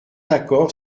d’accord